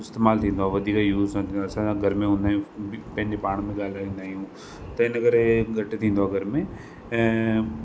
इस्तेमालु थींदो आहे वधीक यूस न थींदो आहे असां त घर में हूंदा आहियूं बि पंहिंजे पाण में ॻाल्हाईंदा आहियूं त हिन करे घटि थींदो आहे घर में ऐं